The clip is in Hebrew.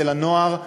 אצל הנוער.